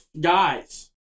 guys